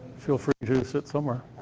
feel free to sit somewhere.